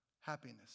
happiness